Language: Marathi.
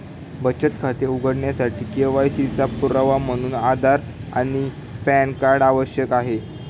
बचत खाते उघडण्यासाठी के.वाय.सी चा पुरावा म्हणून आधार आणि पॅन कार्ड आवश्यक आहे